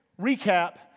recap